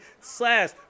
slash